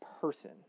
person